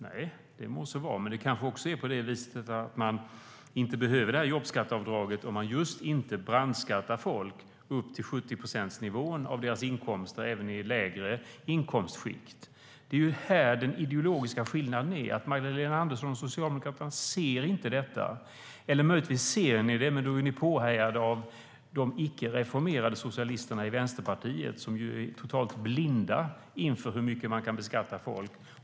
Nej, det må så vara, men man kanske inte skulle behöva något jobbskatteavdrag om folk inte brandskattades upp till 70 procent av deras inkomster även i lägre inkomstskikt. Det är här den ideologiska skillnaden ligger. Magdalena Andersson och Socialdemokraterna ser inte detta, och om ni möjligtvis gör det är ni påhejade av de icke reformerade socialisterna i Vänsterpartiet, som ju är totalt blinda inför hur mycket man kan beskatta folk.